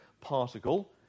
particle